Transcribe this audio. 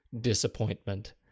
disappointment